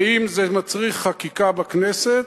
ואם זה מצריך חקיקה בכנסת,